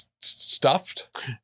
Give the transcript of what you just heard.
stuffed